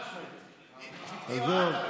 עזוב.